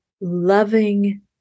loving